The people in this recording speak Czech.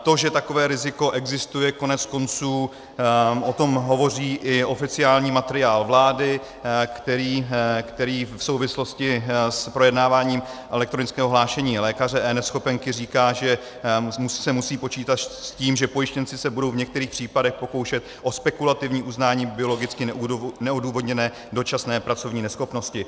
To, že takové riziko existuje, koneckonců o tom hovoří i oficiální materiál vlády, který v souvislosti s projednáváním elektronického hlášení lékaře, eNeschopenky, říká, že se musí počítat s tím, že pojištěnci se budou v některých případech pokoušet o spekulativní uznání biologicky neodůvodněné dočasné pracovní neschopnosti.